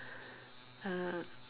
uh